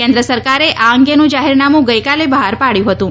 કેન્દ્ર સરકારે આ અંગેનું જાહેરનામુ ગઈકાલે બહાર પાડયું હતું